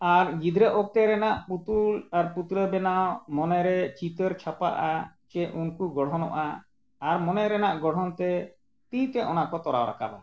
ᱟᱨ ᱜᱤᱫᱽᱨᱟᱹ ᱚᱠᱛᱚ ᱨᱮᱱᱟᱜ ᱯᱩᱛᱩᱞ ᱟᱨ ᱯᱩᱛᱲᱟᱹ ᱵᱮᱱᱟᱣ ᱢᱚᱱᱮ ᱨᱮ ᱪᱤᱛᱟᱹᱨ ᱪᱷᱟᱯᱟᱜᱼᱟ ᱥᱮ ᱩᱱᱠᱩ ᱜᱚᱲᱦᱚᱱᱚᱜᱼᱟ ᱟᱨ ᱢᱚᱱᱮ ᱨᱮᱱᱟᱜ ᱜᱚᱲᱦᱚᱱ ᱛᱮ ᱛᱤᱛᱮ ᱚᱱᱟ ᱠᱚ ᱛᱚᱨᱟᱣ ᱨᱟᱠᱟᱵᱟ